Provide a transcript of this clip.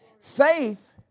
Faith